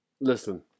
Listen